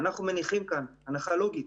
אנחנו מניחים כאן הנחה לוגית